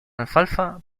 alfalfa